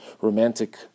romantic